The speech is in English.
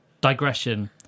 digression